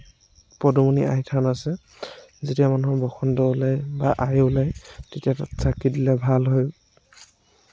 পদুমণি আই থান আছে যেতিয়া মানুহৰ বসন্ত ওলায় বা আই ওলায় তেতিয়া তাত চাকি দিলে ভাল হয়